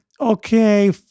okay